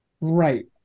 Right